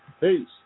Peace